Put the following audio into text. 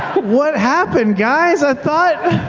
what happened, guys? i thought,